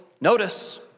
notice